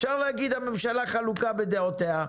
אפשר להגיד הממשלה חלוקה בדעותיה,